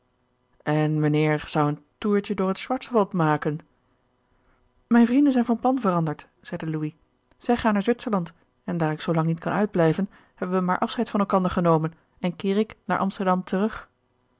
en mijnheer zou een toertje door het schwarzwald maken mijn vrienden zijn van plan veranderd zeide louis zij gaan naar zwitserland en daar ik zoo lang niet kan uitblijven hebben wij maar afscheid van elkander genomen en keer ik naar amsterdam terug